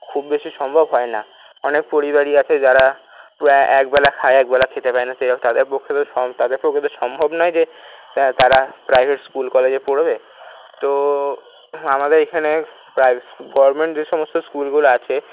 খুব বেশি সম্ভব হয়না অনেক পরিবারই আছে যারা প্রায় এক বেলা খায় এক বেলা খেতে পায়না তাদের পক্ষে তো তাদের পক্ষে তো সম্ভব নয় যে তারা প্রাইভেট স্কুল কলেজে পড়বে তো আমাদের এখানে প্রাইভেট গভর্নমেন্ট যে সমস্ত স্কুলগুলো আছে